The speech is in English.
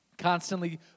constantly